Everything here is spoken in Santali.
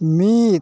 ᱢᱤᱫ